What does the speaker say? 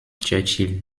churchill